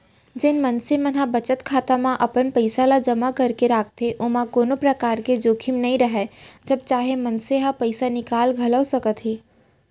जेन मनसे मन ह बचत खाता म अपन पइसा ल जमा करके राखथे ओमा कोनो परकार के जोखिम नइ राहय जब चाहे मनसे ह पइसा निकाल घलौक सकथे